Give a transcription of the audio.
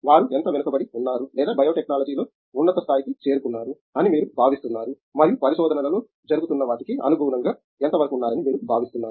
వారు ఎంత వెనుకబడి ఉన్నారు లేదా బయోటెక్నాలజీలో ఉన్నత స్థాయికి చేరుకున్నారు అని మీరు భావిస్తున్నారు మరియు పరిశోధనలలో జరుగుతున్న వాటికి అనుగుణంగా ఎంతవరకు ఉన్నారని మీరు భావిస్తున్నారు